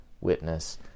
witness